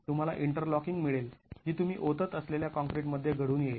तुम्हाला इंटरलॉकिंग मिळेल जी तुम्ही ओतत असलेल्या काँक्रीट मध्ये घडून येईल